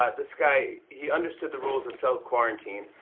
but this guy, he understood the rules of self-quarantine.